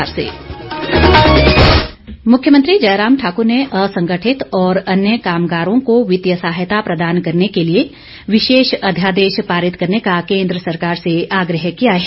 मुख्यमंत्री मुख्यमंत्री जयराम ठाकुर ने असंगठित और अन्य कामगारों को वित्तीय सहायता प्रदान करने के लिए विशेष अध्यादेश पारित करने का केंद्र सरकार से आग्रह किया है